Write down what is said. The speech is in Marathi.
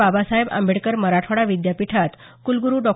बाबासाहेब आंबेडकर मराठवाडा विद्यापीठात कुलगूरू डॉ